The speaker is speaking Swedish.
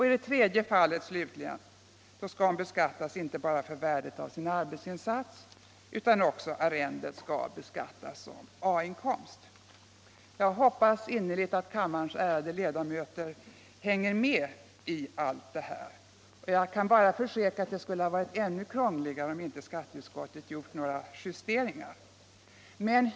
I det tredje fallet slutligen skall hon beskattas inte bara för värdet av sin arbetsinsats utan också för arrendet som A-inkomst. Jag hoppas innerligt att kammarens ärade ledamöter hänger med i allt det här. Jag kan bara försäkra att det skulle ha varit ännu krångligare om inte skatteutskottet gjort några justeringar.